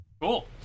Cool